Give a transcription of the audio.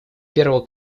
первого